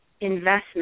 investment